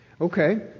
Okay